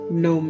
no